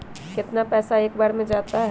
कितना पैसा एक बार में जाता है?